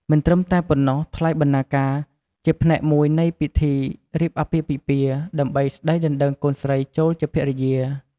មិនត្រឹមតែប៉ុណ្ណោះថ្លៃបណ្ណាការជាផ្នែកមួយនៃពិធីរៀបអាពាហ៍ពិពាហ៍ ដើម្បីស្ដីដណ្ដឹងកូនស្រីចូលជាភរិយា។